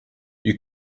you